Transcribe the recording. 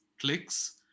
clicks